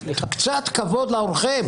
קצת כבוד לאורחים.